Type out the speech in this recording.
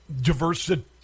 diversity